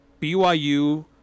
BYU